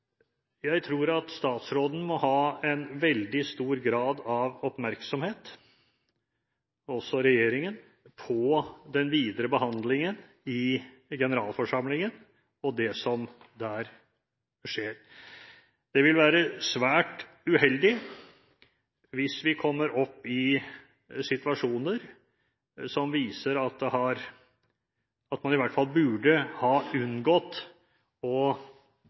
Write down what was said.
Jeg tror at statsråden, og også regjeringen, må ha en veldig stor grad av oppmerksomhet på den videre behandlingen i generalforsamlingen og det som der skjer. Det vil være svært uheldig hvis vi kommer opp i situasjoner som viser at man i hvert fall burde ha unngått å skape en situasjon og